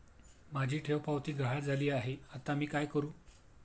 माझी ठेवपावती गहाळ झाली आहे, आता मी काय करु?